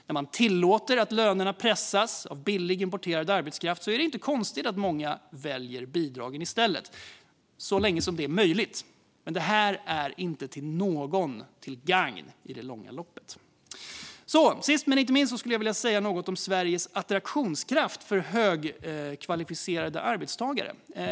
När man tillåter att lönerna pressas genom billig, importerad arbetskraft är det inte konstigt att många väljer bidragen i stället - så länge som det är möjligt. Men detta är inte till gagn för någon i det långa loppet. Sist men inte minst skulle jag vilja säga något om Sveriges attraktionskraft för högkvalificerade arbetstagare.